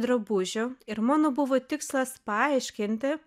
drabužio ir mano buvo tikslas paaiškinti